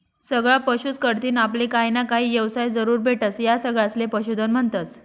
सगळा पशुस कढतीन आपले काहीना काही येवसाय जरूर भेटस, या सगळासले पशुधन म्हन्तस